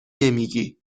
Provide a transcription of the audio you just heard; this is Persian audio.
نمیگی